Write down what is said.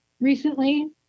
recently